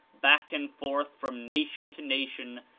back and forth from nation to nation,